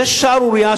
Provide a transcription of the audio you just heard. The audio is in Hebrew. זו שערורייה.